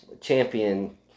champion